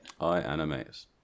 iAnimate